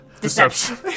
Deception